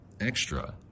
extra